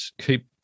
keep